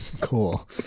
cool